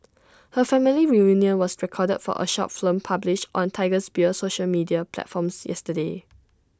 her family reunion was recorded for A short film published on Tiger Beer's social media platforms yesterday